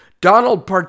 Donald